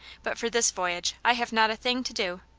but for this voyage i have not a thing to do.